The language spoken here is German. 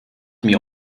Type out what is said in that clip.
mir